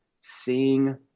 seeing